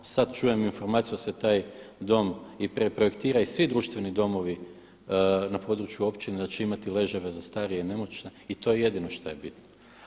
Sad čujem informaciju da se taj dom i projektira i svi društveni domovi na području općine da će imati ležajeve za starije i nemoćne i to je jedino šta je bitno.